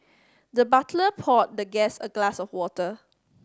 the butler poured the guest a glass of water